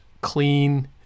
clean